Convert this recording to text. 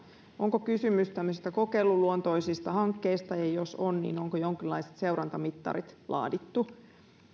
onko kysymys tämmöisistä kokeiluluontoisista hankkeista ja jos on onko jonkinlaiset seurantamittarit laadittu